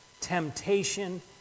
temptation